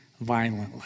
violently